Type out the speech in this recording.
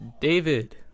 David